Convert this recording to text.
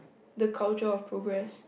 the culture of progress